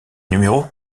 numéros